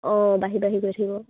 অঁ বাঢ়ি বাঢ়ি গৈ থাকিব